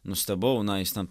nustebau na jis ten